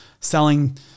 selling